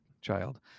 child